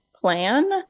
plan